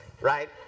right